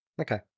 Okay